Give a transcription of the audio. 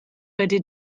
wedi